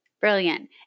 Brilliant